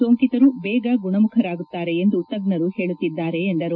ಸೋಂಕಿತರು ಬೇಗ ಗುಣಮುಖರಾಗುತ್ತಾರೆ ಎಂದು ತಜ್ಜರು ಪೇಳುತ್ತಿದ್ದಾರೆ ಎಂದರು